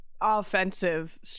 offensive